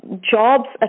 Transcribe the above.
Jobs